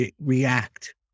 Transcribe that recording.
react